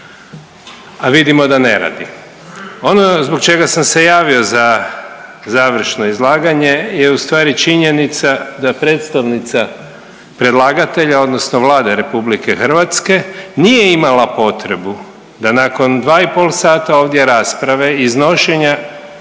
a vidimo da ne radi. Ono zbog čega sam se javio za završno izlaganje je ustvari činjenica da predstavnica predlagatelja odnosno Vlade RH nije imala potrebu da nakon 2 i pol sada ovdje rasprave i iznošenja